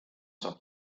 saab